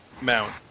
Mount